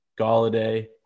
Galladay